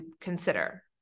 consider